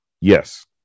yes